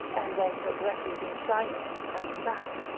and then took refuge in shyness and hanging back!